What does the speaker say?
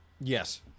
Yes